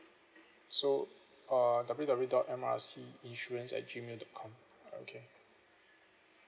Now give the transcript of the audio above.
so uh W W W dot M_R_C insurance at G mail dot com okay